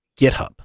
GitHub